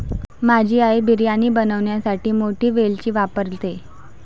माझी आई बिर्याणी बनवण्यासाठी मोठी वेलची वापरते